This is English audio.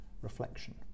reflection